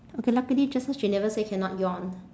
okay luckily just now she never say cannot yawn